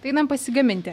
tai einam pasigaminti